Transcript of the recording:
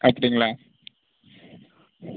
அப்படிங்களா